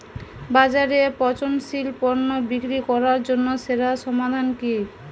বাজারে পচনশীল পণ্য বিক্রি করার জন্য সেরা সমাধান কি?